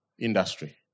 industry